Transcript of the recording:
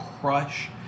crush